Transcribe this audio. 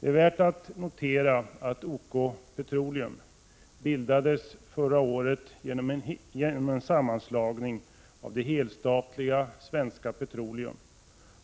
Det är värt att notera att OK Petroleum AB bildades förra året genom en sammanslagning av det helstatliga Svenska Petroleum